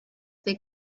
they